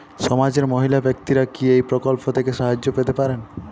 সমাজের মহিলা ব্যাক্তিরা কি এই প্রকল্প থেকে সাহায্য পেতে পারেন?